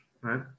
right